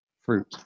fruit